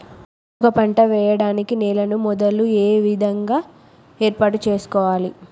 ఒక పంట వెయ్యడానికి నేలను మొదలు ఏ విధంగా ఏర్పాటు చేసుకోవాలి?